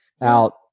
out